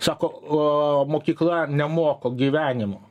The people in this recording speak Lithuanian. sako o mokykla nemoko gyvenimo